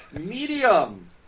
Medium